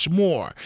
more